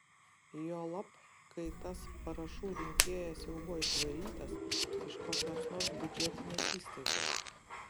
juolab kai tas parašų rinkėjas jau buvo išvarytas iš kokios nors biudžetinės įstaigos